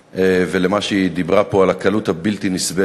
ולמה שהיא דיברה פה על הקלות הבלתי-נסבלת